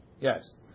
yes